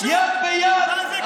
שהלכו יד ביד?